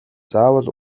заавал